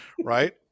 right